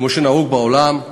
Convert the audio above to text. כמו שנהוג בעולם,